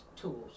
tools